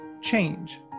Change